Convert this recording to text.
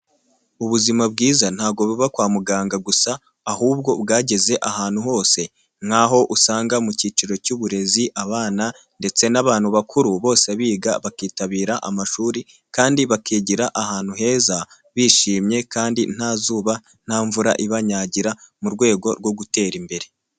Ubuzima bwiza ntabwogo buba kwa muganga gusa ahubwo bwageze ahantu hose, nkaho usanga mu cyiciro cy'uburezi abana ndetse n'abantu bakuru bose biga bakitabira amashuri kandi bakigira ahantu heza bishimye kandi nta zuba nta mvura ibanyagira mu rwego rwo gutera imbere.